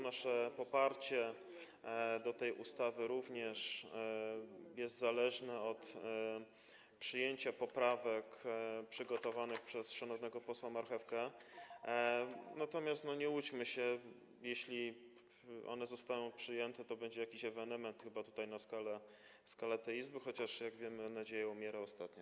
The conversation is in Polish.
Nasze poparcie tej ustawy również jest zależne od przyjęcia poprawek przygotowanych przez szanownego posła Marchewkę, natomiast nie łudźmy się: jeśli one zostaną przyjęte, to będzie jakiś ewenement chyba tutaj na skalę tej Izby, chociaż - jak wiemy - nadzieja umiera ostatnia.